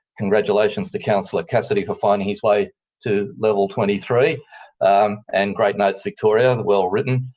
congratulations to councillor cassidy for finding his way to level twenty three and great notes, victoria well written.